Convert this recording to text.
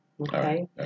Okay